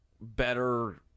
better